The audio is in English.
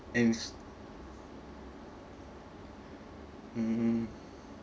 and mm